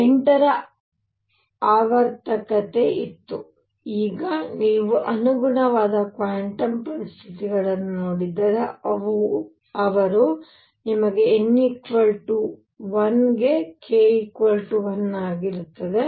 8 ರ ಆವರ್ತಕತೆ ಇತ್ತು ಈಗ ನೀವು ಅನುಗುಣವಾದ ಕ್ವಾಂಟಮ್ ಪರಿಸ್ಥಿತಿಗಳನ್ನು ನೋಡಿದರೆ ಅವರು ನಿಮಗೆ n 1 ಗೆ k 1 ಆಗಿರುತ್ತದೆ